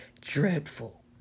dreadful